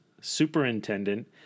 superintendent